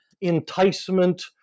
enticement